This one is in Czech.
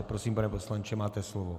Prosím, pane poslanče, máte slovo.